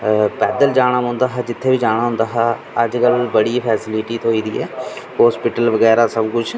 पैद्दल जाना पौंदा हा जित्थै बी जाना होंदा हा अज्ज कल्ल बड़ी फैसलिटी थ्होई दी ऐ हॉस्पिटल बगैरा सब कुछ